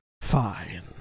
fine